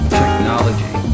technology